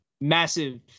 massive